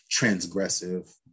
transgressive